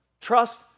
Trust